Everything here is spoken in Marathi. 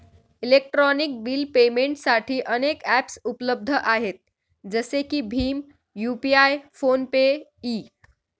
इलेक्ट्रॉनिक बिल पेमेंटसाठी अनेक ॲप्सउपलब्ध आहेत जसे की भीम यू.पि.आय फोन पे इ